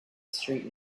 street